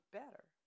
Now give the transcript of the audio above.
better